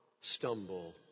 stumble